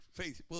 Facebook